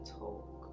talk